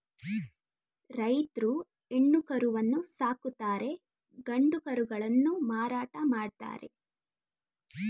ರೈತ್ರು ಹೆಣ್ಣು ಕರುವನ್ನು ಸಾಕುತ್ತಾರೆ ಗಂಡು ಕರುಗಳನ್ನು ಮಾರಾಟ ಮಾಡ್ತರೆ